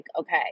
okay